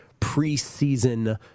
preseason